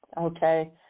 okay